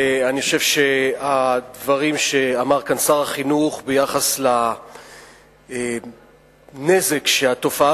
אני חושב שהדברים שאמר כאן שר החינוך ביחס לנזק שהתופעה